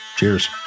Cheers